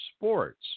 sports